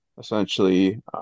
essentially